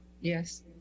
yes